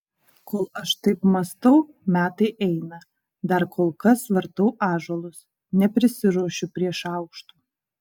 kol aš taip mąstau metai eina dar kol kas vartau ąžuolus neprisiruošiu prie šaukštų